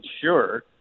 sure